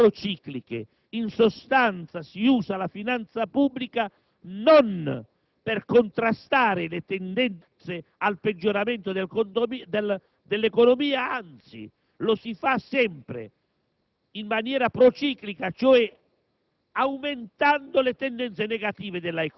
delle operazioni economiche peggiori possibili, quella prociclica. In sostanza, si usa la finanza pubblica non per contrastare le tendenza al peggioramento dell'economia, ma anzi lo si fa sempre